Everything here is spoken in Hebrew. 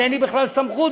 שאין לי בכלל סמכות,